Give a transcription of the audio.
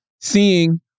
seeing